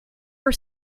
are